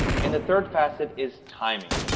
and the third facet is timing.